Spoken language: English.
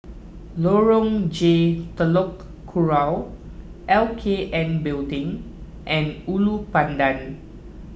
Lorong J Telok Kurau L K N Building and Ulu Pandan